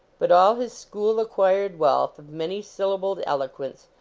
but all his school acquired wealth of many-syllabled eloquence,